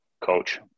Coach